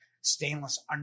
stainless